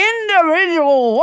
Individual